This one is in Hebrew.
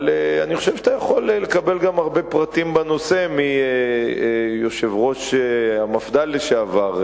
אבל אני חושב שאתה יכול לקבל גם הרבה פרטים בנושא מראש המפד"ל לשעבר,